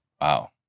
Wow